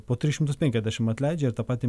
po tris šimtus penkiasdešim atleidžia ir tą patį